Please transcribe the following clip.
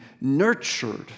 nurtured